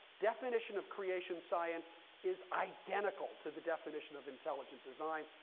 definition of creation science is identical to the definition of intelligent design.